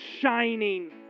shining